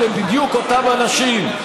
אלה בדיוק אותם, בדיוק אותם אנשים,